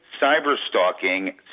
cyberstalking